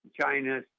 China